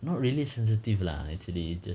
not really sensitive lah actually just